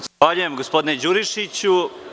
Zahvaljujem, gospodine Đurišiću.